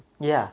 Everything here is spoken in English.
ya